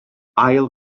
ail